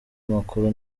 amakuru